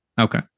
okay